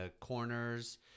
corners